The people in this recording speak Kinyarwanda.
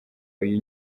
uyu